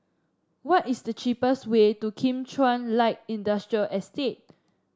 what is the cheapest way to Kim Chuan Light Industrial Estate